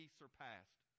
surpassed